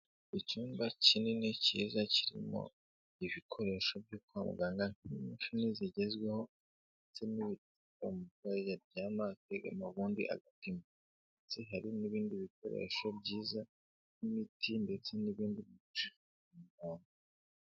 Icyumba kinini cyiza kirimo ibikoresho byo kwa muganga, imashini zigezweho ndetse n'ibitanda umurwayi aryama akegama ubundi agapimwa. Ndetse hari n'ibindi bikoresho byiza nk'imiti ndetse n'ibindi byifashishwa kwa muganga.